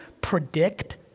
predict